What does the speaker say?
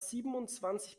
siebenundzwanzig